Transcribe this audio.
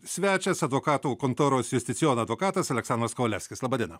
svečias advokatų kontoros justicijon advokatas aleksandras kovalevskis laba diena